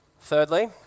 Thirdly